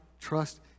trust